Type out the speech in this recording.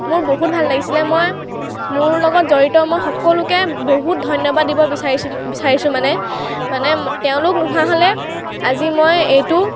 মোৰ বহুত ভাল লাগিছিলে মই মোৰ লগত জড়িত মই সকলোকে বহুত ধন্যবাদ দিব বিছাৰিছিলোঁ বিচাৰিছোঁ মানে মানে তেওঁলোক নোহোৱা হ'লে আজি মই এইটো